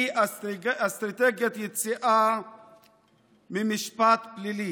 היא אסטרטגיית יציאה ממשפט פלילי.